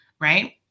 right